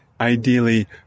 Ideally